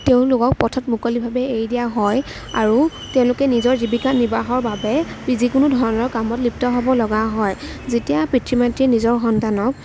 তেওঁলোকক পথত মুকলিভাৱে এৰি দিয়া হয় আৰু তেওঁলোকে নিজৰ জীৱিকা নিৰ্বাহৰ বাবে যিকোনো ধৰণৰ কামত লিপ্ত হ'বলগা হয় যেতিয়া পিতৃ মাতৃয়ে নিজৰ সন্তানক